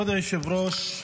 כבוד היושב-ראש,